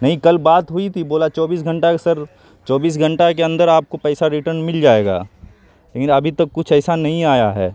نہیں کل بات ہوئی تھی بولا چوبیس گھنٹہ سر چوبیس گھنٹہ کے اندر آپ کو پیسہ ریٹرن مل جائے گا لیکن ابھی تو کچھ ایسا نہیں آیا ہے